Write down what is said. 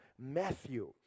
Matthew